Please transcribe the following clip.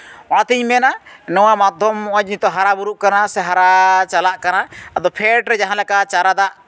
ᱚᱱᱟᱛᱤᱧ ᱢᱮᱱᱟ ᱱᱚᱣᱟ ᱢᱟᱫᱽᱫᱷᱚᱢ ᱱᱚᱣᱟ ᱡᱮ ᱱᱤᱛᱚᱜ ᱦᱟᱨᱟᱼᱵᱩᱨᱩᱜ ᱠᱟᱱᱟ ᱥᱮ ᱦᱟᱨᱟ ᱪᱟᱞᱟᱜ ᱠᱟᱱᱟ ᱟᱫᱚ ᱯᱷᱮᱰᱨᱮ ᱡᱟᱦᱟᱸ ᱞᱮᱠᱟ ᱪᱟᱨᱟ ᱫᱟᱜ